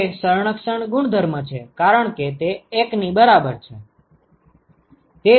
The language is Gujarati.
તે સંરક્ષણ ગુણધર્મ છે કારણ કે તે 1 ની બરાબર છે